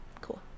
Cool